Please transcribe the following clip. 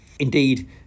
Indeed